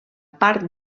part